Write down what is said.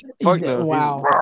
Wow